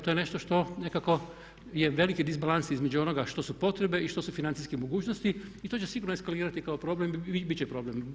To je nešto što nekako je veliki disbalans između onoga što su potrebe i što su financijske mogućnosti i to će sigurno eskalirati kao problem i bit će problem.